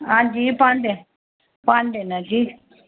हंजी भांडे भांडे ना जी